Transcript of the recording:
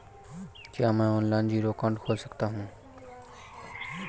क्या मैं online zero account खोल सकता हूँ?